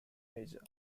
major